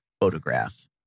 photograph